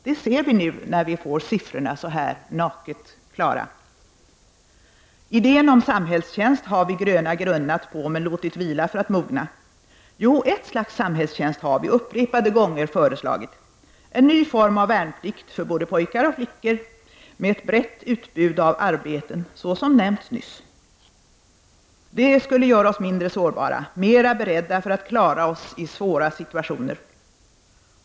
Det ser vi nu, när vi får siffrorna så här naket klara. Idén om samhällstjänst har vi gröna grunnat på men låtit vila för att mogna. Jo, ett slags samhällstjänst har vi upprepade gånger föreslagit: En ny form av värnplikt för både pojkar och flickor, med ett brett utbud av arbeten såsom nämnts nyss. Det skulle göra oss mindre sårbara, mer beredda att klara oss i svåra situationer.